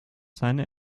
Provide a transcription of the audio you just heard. seine